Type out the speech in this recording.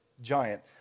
giant